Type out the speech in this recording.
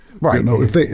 Right